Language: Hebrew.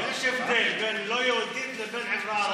לא, יש הבדל בין לא יהודים לבין חברה ערבית.